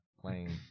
playing